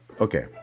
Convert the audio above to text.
Okay